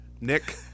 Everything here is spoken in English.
Nick